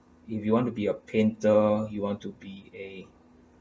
if you want to be a painter you want to be a